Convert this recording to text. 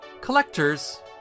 collectors